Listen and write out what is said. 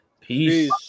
peace